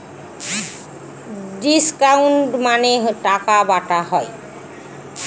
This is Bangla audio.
ডিসকাউন্ট মানে টাকা বাটা হয়